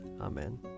Amen